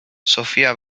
sophia